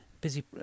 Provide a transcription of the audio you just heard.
busy